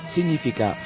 Significa